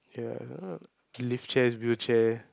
ya lift chairs wheelchair